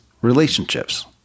relationships